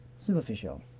superficial